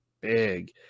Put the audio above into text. big